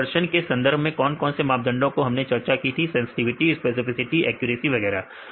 तो प्रदर्शन के संदर्भ में कौन कौन से मापदंडों की हमने चर्चा की थी सेंसटिविटी स्पेसिफिसिटी एक्यूरेसी वगैरह